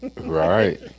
right